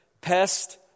pest